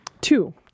Two